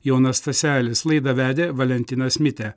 jonas staselis laidą vedė valentinas mitė